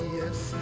yes